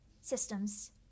systems